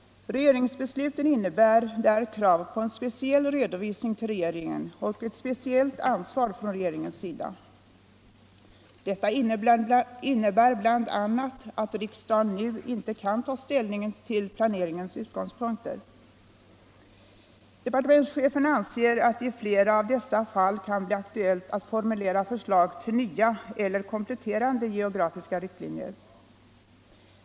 Regeringsbesluten innebär där krav på en speciell redovisning till regeringen och ett speciellt ansvar från regeringens sida. Detta betyder bl.a. att riksdagen nu inte kan ta ställning till planeringens utgångspunkter. Departementschefen anser att det i flera avdessa fall kan bli aktuellt att formulera förslag till nya eller kompletterande geografiska riktlinjer.